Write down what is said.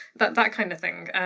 but that kind of thing.